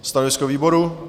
Stanovisko výboru?